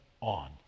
on